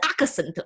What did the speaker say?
accent